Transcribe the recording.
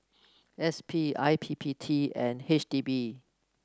S P I P P T and H D B